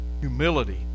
humility